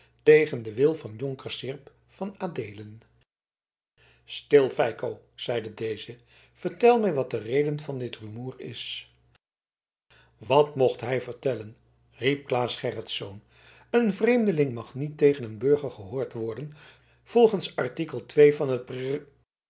tegen den wil van jonker seerp van adeelen stil feiko zeide deze vertel mij wat de reden van dit rumoer is wat mocht hij vertellen riep claes gerritsz een vreemdeling mag niet tegen een burger gehoord worden volgens artikel ii van het